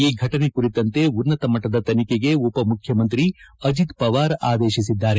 ಈ ಘಟನೆ ಕುರಿತಂತೆ ಉನ್ನತ ಮಟ್ಟದ ತನಿಖೆಗೆ ಉಪಮುಖ್ಯಮಂತ್ರಿ ಅಜಿತ್ ಪವಾರ್ ಆದೇಶಿಸಿದ್ದಾರೆ